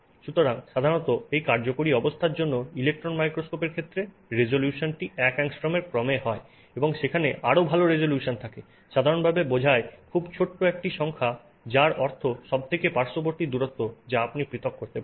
সুতরাং সাধারণত এই কার্যকরী অবস্থার জন্য ইলেকট্রন মাইক্রোস্কোপের ক্ষেত্রে রেজোলিউশনটি 1 অ্যাংস্ট্রোমের ক্রমে হয় সেখানে আরও ভাল রেজোলিউশন থাকে সাধারণভাবে বোঝায় খুব ছোট্ট একটি সংখ্যা যার অর্থ সবথেকে পার্শ্ববর্তী দূরত্ব যে আপনি পৃথক করতে পারেন